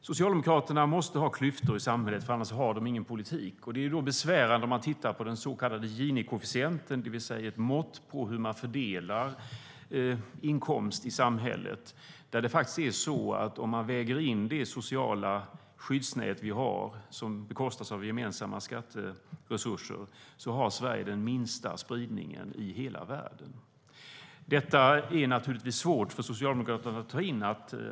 Socialdemokraterna måste ha klyftor i samhället, för annars har de ingen politik. Då är det besvärande att titta på den så kallade Gini-koefficienten, det vill säga ett mått på hur man fördelar inkomst i samhället. Om man väger in det sociala skyddsnät vi har och som bekostas av gemensamma skatteresurser har Sverige den minsta spridningen i hela världen. Detta är naturligtvis svårt för Socialdemokraterna att ta in.